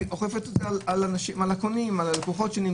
המשטרה אוכפת על הקונים, על הלקוחות.